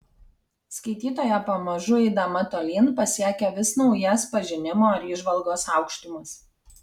skaitytoja pamažu eidama tolyn pasiekia vis naujas pažinimo ar įžvalgos aukštumas